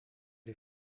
die